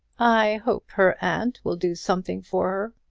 i hope her aunt will do something for